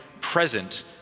present